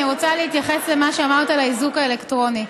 אני רוצה להתייחס למה שאמרת על האיזוק האלקטרוני.